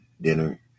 dinner